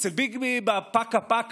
אצל ביבי בפקה-פקה